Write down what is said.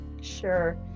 Sure